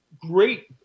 great